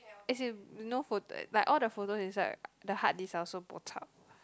as in no photo like all the photos inside the hard disk I also bo chup